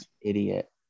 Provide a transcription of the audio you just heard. idiot